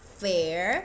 fair